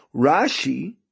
Rashi